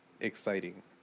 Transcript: exciting